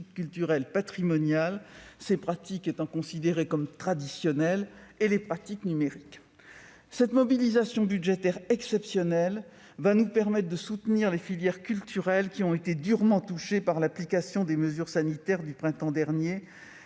culturelles et patrimoniales, ces pratiques étant considérées comme traditionnelles, et les pratiques numériques. Cette mobilisation budgétaire exceptionnelle va nous permettre de soutenir les filières culturelles qui ont été durement touchées par l'application des mesures sanitaires du printemps dernier,